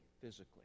physically